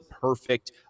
perfect